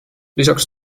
lisaks